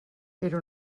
era